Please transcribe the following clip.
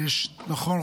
נכון,